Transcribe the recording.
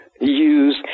use